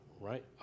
right